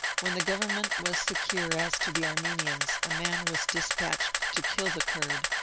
when the government was secure as to the armenians, a man was despatched to kill the kurd,